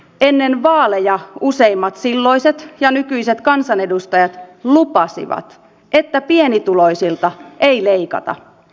ennen vaaleja useimmat silloiset ja nykyiset kansanedustajat lupasivat että pienituloisilta ei leikata